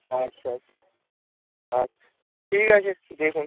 আচ্ছা আচ্ছা আচ্ছা ঠিক আছে দেখুন